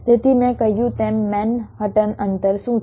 તેથી મેં કહ્યું તેમ મેનહટન અંતર શું છે